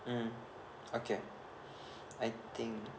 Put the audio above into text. mm okay I think